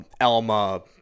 Elma